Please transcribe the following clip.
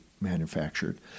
manufactured